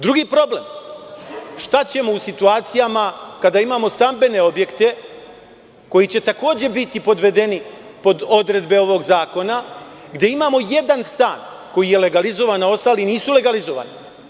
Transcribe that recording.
Drugi problem je šta ćemo u situacijama kada imamo stambene objekte koji će takođe biti podvedeni pod odredbe ovog zakona, gde imamo jedan stan koji je legalizovan, a ostali nisu legalizovani.